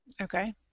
Okay